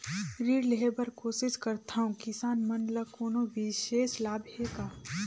ऋण लेहे बर कोशिश करथवं, किसान मन ल कोनो विशेष लाभ हे का?